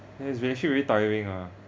ya it's actually very tiring ah